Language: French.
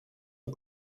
eut